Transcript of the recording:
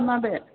माबे